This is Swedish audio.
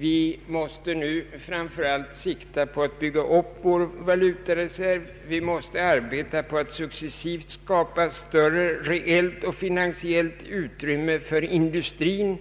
Vi måste nu framför allt sikta på att bygga upp vår valutareserv och arbeta på att successivt skapa störrre reellt och finansiellt utrymme för industrin,